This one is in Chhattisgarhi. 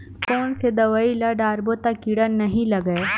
कोन से दवाई ल डारबो त कीड़ा नहीं लगय?